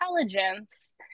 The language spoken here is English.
intelligence